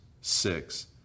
six